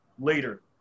later